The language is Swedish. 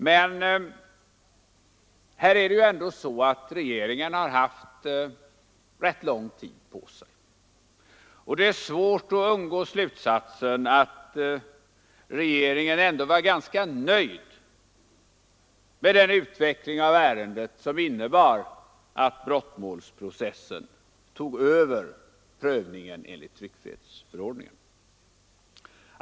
Men här har regeringen ändå haft rätt lång tid på sig, och det är svårt att undgå slutsatsen att regeringen varit ganska nöjd med den utveckling av ärendet som innebar att brottmålsprocessen tog över prövningen enligt tryckfrihetsförordningen.